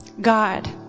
God